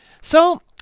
So